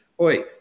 Oi